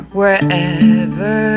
wherever